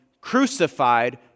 crucified